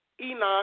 Enoch